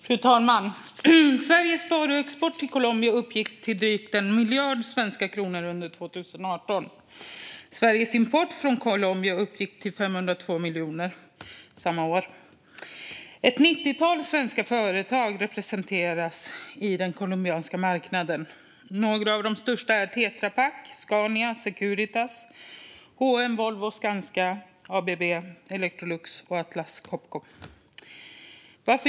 Fru talman! Sveriges varuexport till Colombia uppgick till drygt 1 miljard svenska kronor under 2018. Sveriges import från Colombia uppgick till 502 miljoner samma år. Ett nittiotal svenska företag representeras på den colombianska marknaden. Några av de största är Tetra Pak, Scania, Securitas, H & M, Volvo, Skanska, ABB, Electrolux och Atlas Copco.